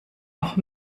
noch